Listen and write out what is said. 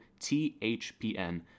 THPN